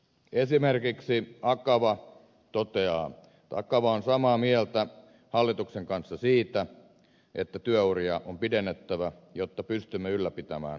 esimerkiksi akava toteaa että akava on samaa mieltä hallituksen kanssa siitä että työuria on pidennettävä jotta pystymme ylläpitämään suomalaisen hyvinvointivaltion